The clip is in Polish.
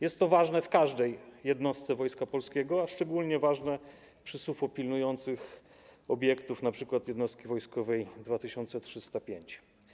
Jest to ważne w każdej jednostce Wojska Polskiego, a szczególnie ważne w przypadku SUFO pilnujących obiektów, np. jednostki wojskowej 2305.